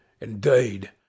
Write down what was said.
Indeed